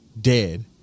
dead